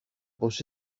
πως